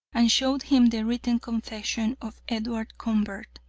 and showed him the written confession of edward convert.